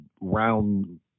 round